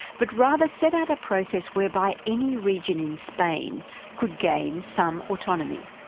but rather set out a process whereby any region in spain could gain some autonomy.